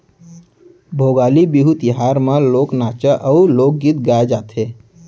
भोगाली बिहू तिहार म लोक नाचा अउ लोकगीत गाए जाथे